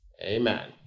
Amen